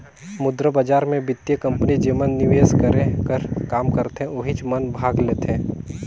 मुद्रा बजार मे बित्तीय कंपनी जेमन निवेस करे कर काम करथे ओहिच मन भाग लेथें